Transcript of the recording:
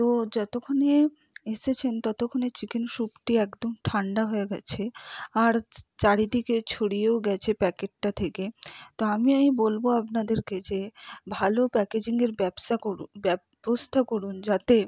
তো যতোক্ষণে এসেছেন ততক্ষণে চিকেন স্যুপটি একদম ঠান্ডা হয়ে গেছে আর চারিদিকে ছড়িয়েও গেছে প্যাকেটটা থেকে তো আমি এই বলবো আপনাদেরকে যে ভালো প্যাকেজিংয়ের ব্যবসা করু ব্যবস্থা করুন যাতে